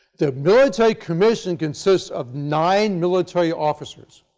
the military commission consists of nine military officers.